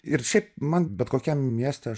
ir šiaip man bet kokiam mieste